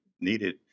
needed